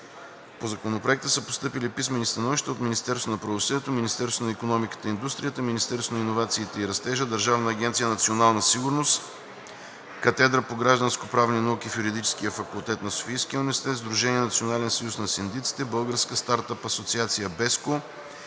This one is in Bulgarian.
По Законопроекта са постъпили писмени становища от Министерството на правосъдието, Министерството на икономиката и индустрията, Министерството на иновациите и растежа, Държавна агенция „Национална сигурност“, Катедрата по гражданскоправни науки в Юридическия факултет на Софийския университет „Св. Климент Охридски“, Сдружение „Национален съюз на синдиците“, Българска стартъп асоциация BESCO,